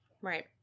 right